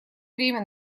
время